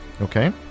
Okay